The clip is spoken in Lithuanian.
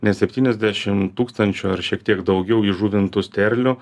nes septyniasdešim tūkstančių ar šiek tiek daugiau įžuvintų sterlių